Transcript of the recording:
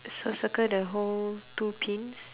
so circle the whole two pins